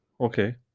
okay